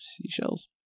seashells